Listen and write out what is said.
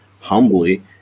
humbly